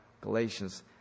Galatians